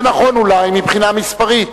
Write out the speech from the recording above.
זה נכון אולי מבחינה מספרית,